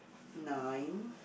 nine